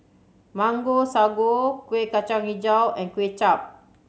Mango Sago Kueh Kacang Hijau and Kway Chap